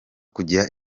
kugira